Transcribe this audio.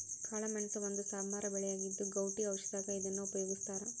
ಕಾಳಮೆಣಸ ಒಂದು ಸಾಂಬಾರ ಬೆಳೆಯಾಗಿದ್ದು, ಗೌಟಿ ಔಷಧದಾಗ ಇದನ್ನ ಉಪಯೋಗಸ್ತಾರ